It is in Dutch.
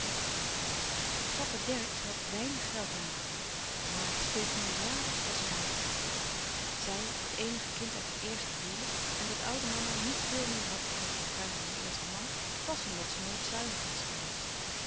papa dercksz had weinig geld nagelaten maar stefanie de laders was rijk zij het eenige kind uit het eerste huwelijk en dat oude mama niet veel meer had van het fortuin van haar eersten man was omdat ze nooit zuinig was geweest